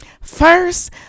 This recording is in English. First